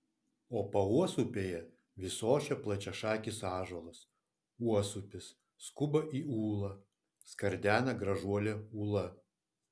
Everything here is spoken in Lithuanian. o pauosupėje vis ošia plačiašakis ąžuolas uosupis skuba į ūlą skardena gražuolė ūla